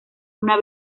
una